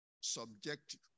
subjective